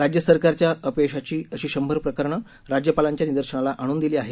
राज्य सरकारच्या अपयशाची अशी शंभर प्रकरणं राज्यपालांच्या निदर्शनाला आणुन दिली आहेत